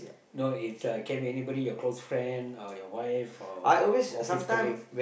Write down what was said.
no it the can be anybody your closed friend uh your wife or office colleague